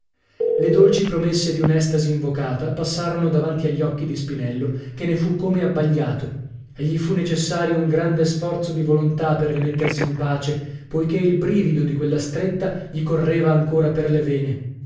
le dolci promesse di un'estasi invocata passarono davanti agli occhi di spinello che ne fu come abbagliato e gli fu necessario un grande sforzo di volontà per rimettersi in pace poichè il brivido di quella stretta gli correva ancora per le vene